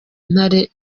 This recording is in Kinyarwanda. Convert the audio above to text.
ntare